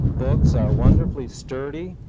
books are wonderfully sturdy,